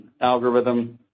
algorithm